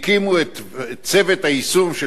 קבלו אותו.